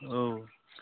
औ